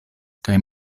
kaj